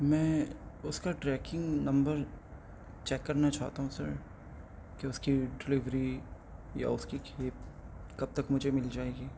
میں اس کا ٹریکنگ نمبر چیک کرنا چاہتا ہوں سر کہ اس کی ڈلیوری یا اس کی کھیپ کب تک مجھے مل جائے گی